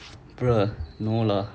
bruh no lah